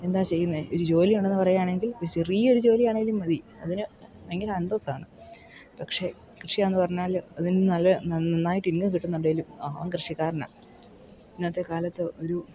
എന്താ ചെയ്യുന്നത് ഒരു ജോലിയുണ്ടെന്ന് പറയുകയാണെങ്കിൽ ഒരു ചെറിയൊരു ജോലിയാണെങ്കിലും മതി അതിന് ഭയങ്കര അന്തസ്സാണ് പക്ഷേ കൃഷിയാണെന്ന് പറഞ്ഞാൽ അതിന് നല്ല നന്നായിട്ട് ഇൻകം കിട്ടുന്നുണ്ടെങ്കിലും അവൻ കൃഷിക്കാരനാ ഇന്നത്തെ കാലത്ത് ഒരു